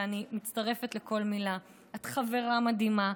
ואני מצטרפת לכל מילה: את חברה מדהימה.